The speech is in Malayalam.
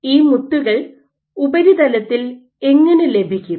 നിങ്ങൾക്ക് ഈ മുത്തുകൾ ഉപരിതലത്തിൽ എങ്ങനെ ലഭിക്കും